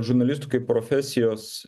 žurnalistų kaip profesijos